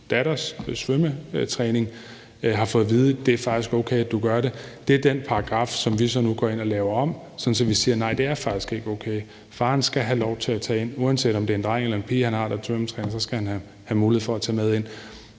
datters svømmetræning, har fået at vide, at det faktisk er okay, at de gør det. Det er den paragraf, som vi så nu går ind og laver om, sådan at vi siger, at nej, det er faktisk ikke okay. Faren skal have lov til at deltage. Uanset om det er en dreng eller en pige, han har, der er til svømmetræning, skal han have mulighed for at tage med ind